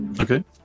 Okay